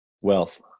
wealth